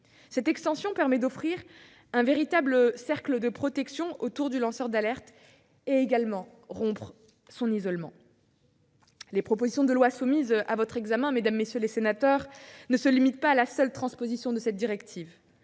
Cette extension permet d'offrir un véritable cercle de protection au lanceur d'alerte et de rompre son isolement. Les propositions de loi soumises à votre examen, mesdames, messieurs les sénateurs, ne se limitent pas à la seule transposition de cette directive.